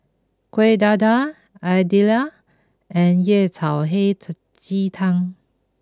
Kuih Dadar Idly and Yao Cai Hei Ji Tang